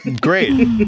Great